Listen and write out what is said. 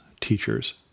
teachers